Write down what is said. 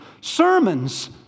Sermons